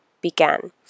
began